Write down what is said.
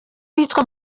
witwa